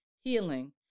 healing